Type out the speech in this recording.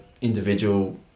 individual